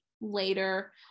Later